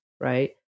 right